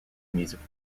musical